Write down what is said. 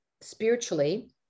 spiritually